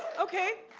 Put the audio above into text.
okay,